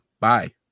bye